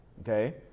Okay